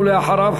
ואחריו,